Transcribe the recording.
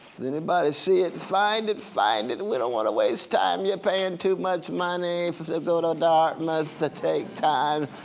does anybody see it? find it! find it! and we don't want to waste time. you're paying too much money go to dartmouth to take time.